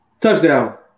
touchdown